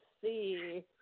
see